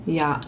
ja